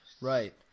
Right